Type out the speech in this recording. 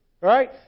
Right